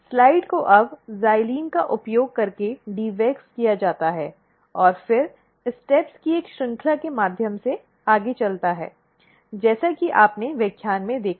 slides को अब xylene का उपयोग करके डीवैक्स किया जाता है और फिर स्टेप की एक श्रृंखला के माध्यम से चलता है जैसा कि आपने व्याख्यान में देखा है